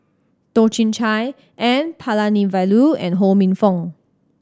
Toh Chin Chye N Palanivelu and Ho Minfong